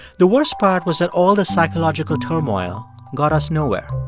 the worst part was that all the psychological turmoil got us nowhere.